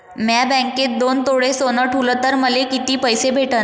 म्या बँकेत दोन तोळे सोनं ठुलं तर मले किती पैसे भेटन